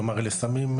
תודה רבה.